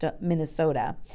Minnesota